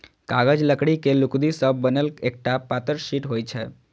कागज लकड़ी के लुगदी सं बनल एकटा पातर शीट होइ छै